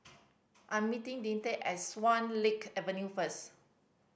I am meeting Deante at Swan Lake Avenue first